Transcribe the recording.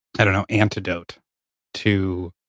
i don't know, antidote to